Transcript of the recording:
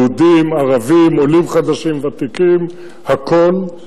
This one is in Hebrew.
יהודים, ערבים, עולים חדשים, ותיקים, הכול.